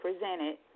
presented